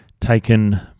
taken